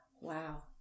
wow